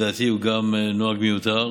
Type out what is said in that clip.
הוא גם נוהג מיותר,